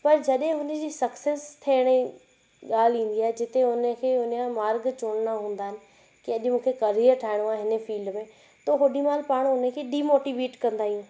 पर जॾहिं उनजी सक्सेस थियण जी ॻाल्हि ईंदी आहे जिते उन खे उन जा मार्ग चुनणा हूंदा आहिनि कि अॼु मूंखे कैरियर ठाहिणो आहे हिन फ़ील्ड में त होॾी महिल पाण उन खे डिमोटिवेट कंदा आहियूं